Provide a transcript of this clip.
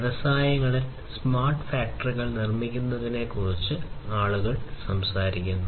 വ്യവസായങ്ങളിൽ സ്മാർട്ട് ഫാക്ടറികൾ നിർമ്മിക്കുന്നതിനെക്കുറിച്ച് ആളുകൾ സംസാരിക്കുന്നു